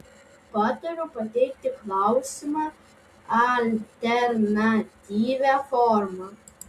patariu pateikti klausimą alternatyvia forma